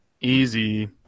Easy